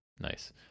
nice